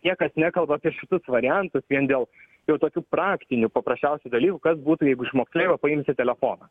tie kas nekalba apie šitus variantus vien dėl jau tokių praktinių paprasčiausių dalykų kas būtų jeigu iš moksleivio paimsi telefoną